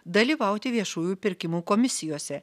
dalyvauti viešųjų pirkimų komisijose